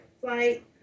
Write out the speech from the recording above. flight